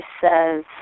says